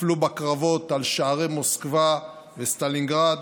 נפלו בקרבות על שערי מוסקבה וסטלינגרד.